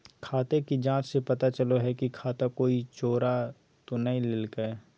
खाते की जाँच से पता चलो हइ की खाता कोई चोरा तो नय लेलकय